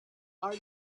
are